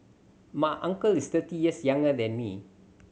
my uncle is thirty years younger than me